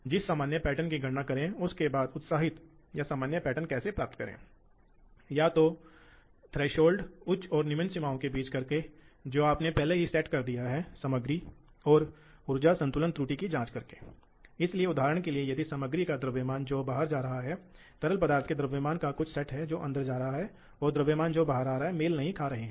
लेकिन सबसे अच्छा और सबसे सटीक ड्राइव सभी हैं स्वाभाविक रूप से वे बंद लूप ड्राइव हैं इसलिए आपके पास सामान्य है आप मोटर जानते हैं ताकि एसी या डीसी हो सकता है या कभी कभी हमारे पास एक ब्रशलेस डीसी के रूप में जाना जाता है जो है वास्तव में एक एसी मोटर लेकिन जो एक डीसी मोटर की तरह व्यवहार करती है इसलिए इसमें दोनों वाल्वों के फायदे हैं